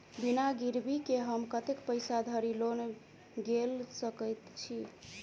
बिना गिरबी केँ हम कतेक पैसा धरि लोन गेल सकैत छी?